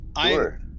Sure